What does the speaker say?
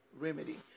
remedy